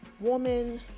woman